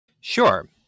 Sure